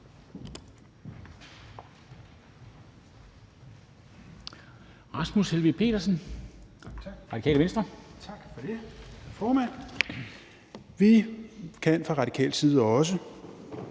Rasmus Helveg Petersen (RV): Tak for det, formand. Vi kan fra radikal side også